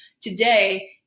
today